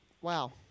Wow